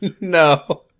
no